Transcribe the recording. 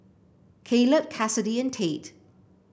Kaleb Cassidy and Tate